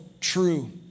true